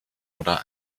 oder